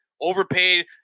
overpaid